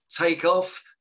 takeoff